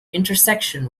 intersection